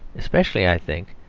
especially, i think,